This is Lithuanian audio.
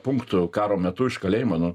punktų karo metu iš kalėjimo nu